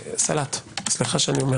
סלט, סליחה שאני אומר